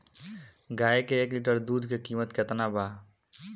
गाए के एक लीटर दूध के कीमत केतना बा?